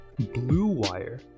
BLUEWIRE